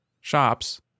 shops